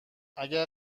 اگر